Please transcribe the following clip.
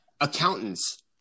accountants